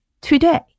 today